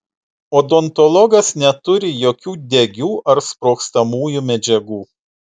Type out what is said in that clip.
odontologas neturi jokių degių ar sprogstamųjų medžiagų